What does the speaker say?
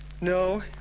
No